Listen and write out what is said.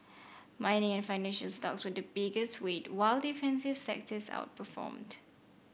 mining and financial stocks were the biggest weight while defensive sectors outperformed